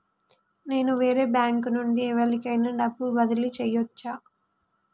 నేను వేరే బ్యాంకు నుండి ఎవలికైనా డబ్బు బదిలీ చేయచ్చా?